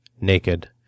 naked